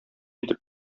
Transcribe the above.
итеп